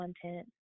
content